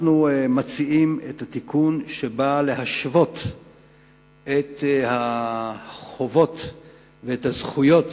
אנחנו מציעים את התיקון שבא להשוות את החובות ואת הזכויות